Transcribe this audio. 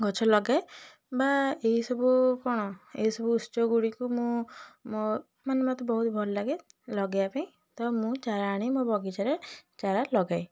ଗଛ ଲଗାଏ ବା ଏହିସବୁ କ'ଣ ଏହିସବୁ ଉତ୍ସଗୁଡ଼ିକୁ ମୁଁ ମୋ ମାନେ ମୋତେ ବହୁତ ଭଲଲାଗେ ଲଗେଇବାପାଇଁ ତ ମୁଁ ଚାରା ଆଣି ମୋ ବଗିଚାରେ ଚାରା ଲଗାଏ